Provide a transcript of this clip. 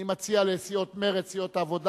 אני מציע לסיעת מרצ, לסיעת העבודה